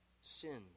sin